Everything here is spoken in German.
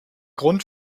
grund